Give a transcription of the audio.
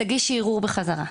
תגישי ערעור בחזרה,